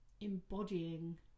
embodying